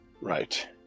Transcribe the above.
Right